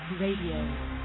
Radio